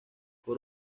por